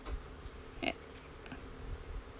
and